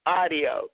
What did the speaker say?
audio